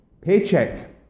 paycheck